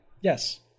Yes